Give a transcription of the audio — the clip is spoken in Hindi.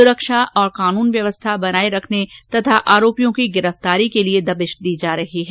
सुरक्षा और कानून व्यवस्था बनाये रखने तथा आरोपियों की गिरफ्तारी के लिए दबिश दी जा रही हैं